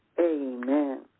Amen